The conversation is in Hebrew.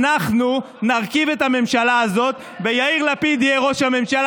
אנחנו נרכיב את הממשלה הזאת ויאיר לפיד יהיה ראש הממשלה.